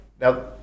Now